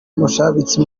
bushabitsi